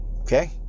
Okay